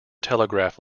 telegraph